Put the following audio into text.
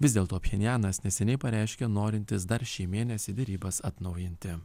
vis dėlto pchenjanas neseniai pareiškė norintis dar šį mėnesį derybas atnaujinti